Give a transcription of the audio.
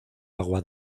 agua